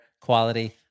quality